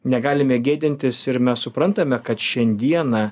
negalime gėdintis ir mes suprantame kad šiandieną